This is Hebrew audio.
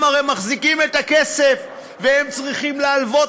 הם הרי מחזיקים את הכסף והם צריכים להלוות